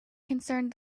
concerned